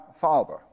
Father